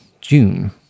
June